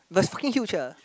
but it's fucking huge ah